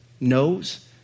knows